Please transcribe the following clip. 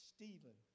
Stephen